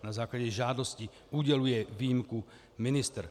Na základě žádosti uděluje výjimku ministr.